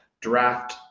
draft